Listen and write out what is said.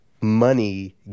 money